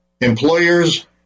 employers